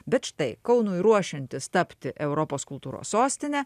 bet štai kaunui ruošiantis tapti europos kultūros sostine